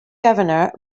governor